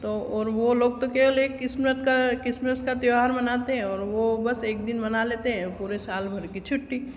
और वह लोग तो केवल एक किस्मत आ किसमस का त्यौहार मानते हैं और वह बस एक दिन मना लेते हैं पूरे साल भर की छुट्टी तो